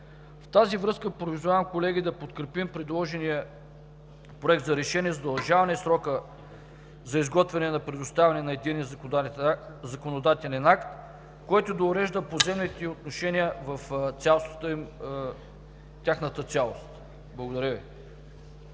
В тази връзка призовавам колегите да подкрепят предложения Проект за решение за удължаване на срока за изготвяне и предоставяне на единен законодателен акт, който да урежда поземлените отношения в тяхната цялост. Благодаря Ви.